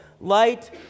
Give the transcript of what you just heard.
light